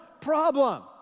problem